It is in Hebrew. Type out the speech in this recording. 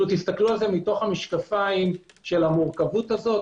שתסתכלו על זה מתוך המשקפיים של המורכבות הזו.